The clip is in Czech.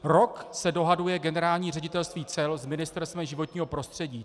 Rok se dohaduje Generální ředitelství cel s Ministerstvem životního prostředí.